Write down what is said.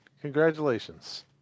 Congratulations